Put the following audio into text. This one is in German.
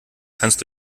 kannst